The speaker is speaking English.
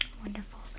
Wonderful